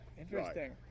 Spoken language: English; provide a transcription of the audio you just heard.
Interesting